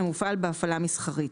המופעל בהפעלה מסחרית."